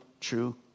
true